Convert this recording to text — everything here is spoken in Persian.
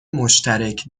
مشترک